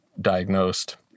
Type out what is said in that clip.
diagnosed